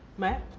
matt